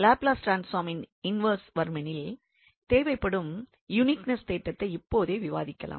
Laplace ட்ரான்ஸ்பார்மின் inverse வருமெனில் தேவைப்படும் யூனிக்நெஸ் தேற்றத்தை இப்போதே விவாதிக்கலாம்